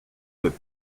with